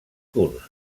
curts